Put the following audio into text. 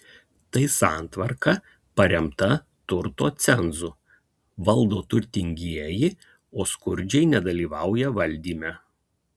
tai santvarka paremta turto cenzu valdo turtingieji o skurdžiai nedalyvauja valdyme